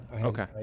Okay